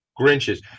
Grinches